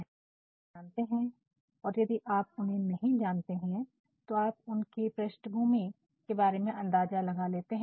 आप उन्हें जानते हैं और यदि आप उन्हें नहीं जानते तो आप उनकी पृष्ठभूमि के बारे में अंदाजा लगा लेते हैं